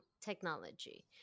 technology